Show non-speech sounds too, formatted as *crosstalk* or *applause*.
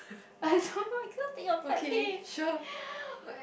I don't know I cannot think of pet peeve *laughs*